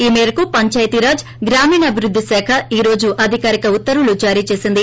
ఈ మేరకు పంచాయతీరాజ్ గ్రామీణాభివృద్ధి శాఖ ఈ రోజు అధికారిక ఉత్తర్వులు జారీచేసింది